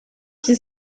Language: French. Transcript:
qui